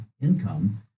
income